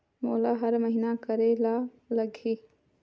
मोला हर महीना करे ल लगही?